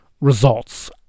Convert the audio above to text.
results